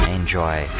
enjoy